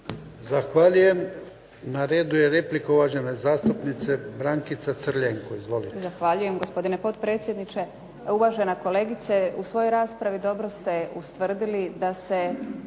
Zahvaljujem. Na redu je replika uvažene zastupnice Brankice Crljenko. Izvolite. **Crljenko, Brankica (SDP)** Zahvaljujem, gospodine potpredsjedniče. Uvažena kolegice, u svojoj raspravi dobro ste ustvrdili da se